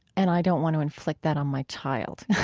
and i don't want to inflict that on my child